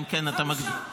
חמישה מיליון.